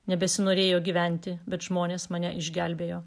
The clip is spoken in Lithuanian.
nebesinorėjo gyventi bet žmonės mane išgelbėjo